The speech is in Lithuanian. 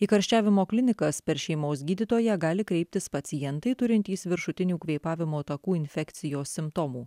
į karščiavimo klinikas per šeimos gydytoją gali kreiptis pacientai turintys viršutinių kvėpavimo takų infekcijos simptomų